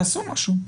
תעשו משהו,